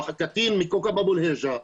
והקטין מכאוכב אבו אלעיג'ה,